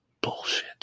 bullshit